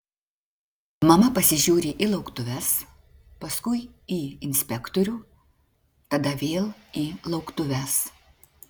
mama pasižiūri į lauktuves paskui į inspektorių tada vėl į lauktuves